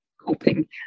coping